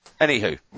Anywho